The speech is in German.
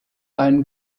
einen